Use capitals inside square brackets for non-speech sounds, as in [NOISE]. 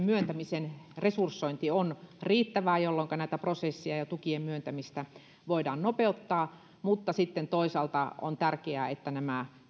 [UNINTELLIGIBLE] myöntämisen resursointi on riittävää jolloinka näitä prosesseja ja tukien myöntämistä voidaan nopeuttaa mutta sitten toisaalta on tärkeää että nämä